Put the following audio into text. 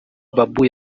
babu